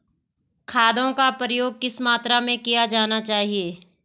खादों का प्रयोग किस मात्रा में किया जाना चाहिए?